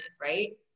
Right